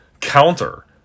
counter